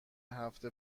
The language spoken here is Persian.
هفت